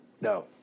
No